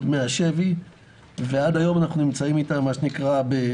מהשבי ועד היום אנחנו נמצאים איתם בדיונים.